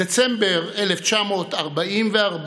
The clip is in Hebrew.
בדצמבר 1944,